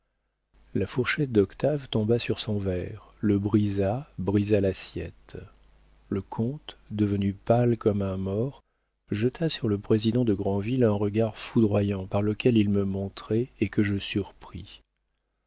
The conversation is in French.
la fourchette d'octave tomba sur son verre le brisa brisa l'assiette le comte devenu pâle comme un mort jeta sur le président de grandville un regard foudroyant par lequel il me montrait et que je surpris